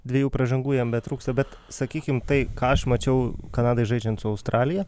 dviejų pražangų jam betrūksta bet sakykim tai ką aš mačiau kanadai žaidžiant su australija